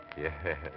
Yes